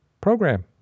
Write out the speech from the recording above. program